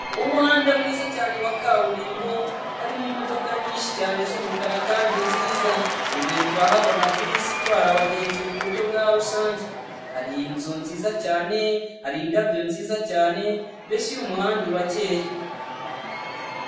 Umuhanda mwiza cyane wa kaburimbo harimo imodoka nyinshi cyane z'umukara kandi nziza, imbere turahabona bisi itwara abagenzi muburyo bwa rusange, hari inzu nziza cyane, hari indabyo nziza cyane, mbese uyu muhanda urakeya.